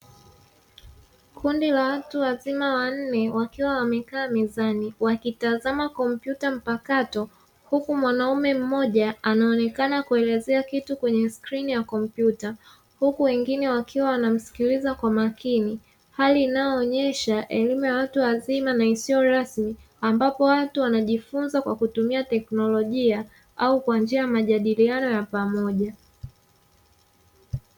Kundi la watu wazima wanne wakiwa wamekaa mezani wakitazama kompyuta mpakato huku mwanaume mmoja anaonekana kuelezea kitu kwenye skirini ya kompyuta, huku wengine wakiwa wanamsikiliza kwa makini hali inayoonyesha elimu ya watu wazima na isiyo rasmi ambapo watu wanajifunza kwa kutumia teknolojia au kwa njia ya majadiliano ya pamoja.